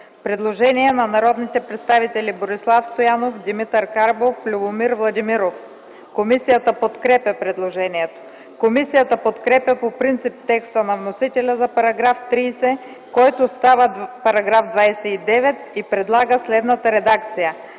Предложение на народните представители Борислав Стоянов, Димитър Карбов, Любомир Владимиров. Комисията подкрепя предложението. Комисията подкрепя по принцип текста на вносителя за § 29, който става § 28, и предлага следната редакция: